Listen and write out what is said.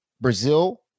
Brazil